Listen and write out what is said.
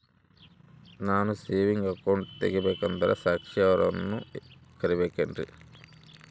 ನಾನು saving account ತೆಗಿಬೇಕಂದರ ಸಾಕ್ಷಿಯವರನ್ನು ಕರಿಬೇಕಿನ್ರಿ?